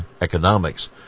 Economics